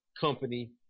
company